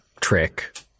trick